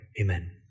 amen